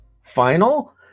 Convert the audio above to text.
final